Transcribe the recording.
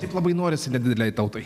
taip labai norisi nedidelei tautai